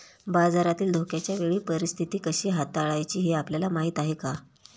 बाजारातील धोक्याच्या वेळी परीस्थिती कशी हाताळायची हे आपल्याला माहीत आहे का?